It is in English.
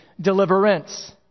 deliverance